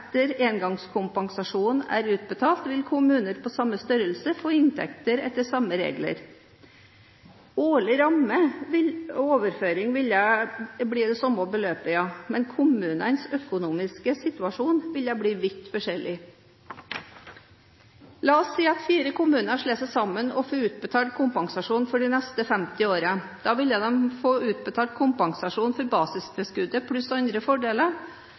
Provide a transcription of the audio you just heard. er utbetalt, vil kommuner på samme størrelse få inntekter etter samme regler. Årlig rammeoverføring ville bli det samme beløpet, ja, men kommunenes økonomiske situasjon ville blitt vidt forskjellig. La oss si at fire kommuner slo seg sammen og fikk utbetalt kompensasjon for de neste 50 årene. De ville fått utbetalt kompensasjon for basistilskuddet pluss andre fordeler